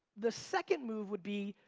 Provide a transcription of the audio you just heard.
the second move would be,